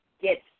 get